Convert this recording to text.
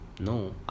No